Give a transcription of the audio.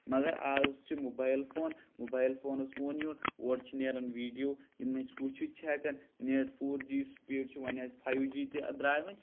مَگر آز چھِ موبایِل فون موبایِل فونس فون یُن اور چھُ نیران ویٖڈیو یِم أسۍ وُچھِتھ چھِ ہیٚکان نیٚٹ فور جی سِپیٖڈ چھِ وۄنۍ اَسہِ فایو جی تہِ دراے وۄنۍ